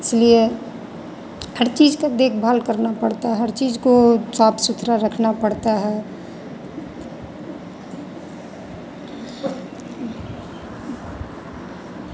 तो इसलिए हर चीज पर देखभाल करना पड़ता है हर चीज को साफ़ सुथरा रखना पड़ता है